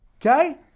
Okay